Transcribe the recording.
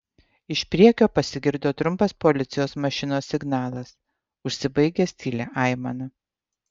iš priekio pasigirdo trumpas policijos mašinos signalas užsibaigęs tylia aimana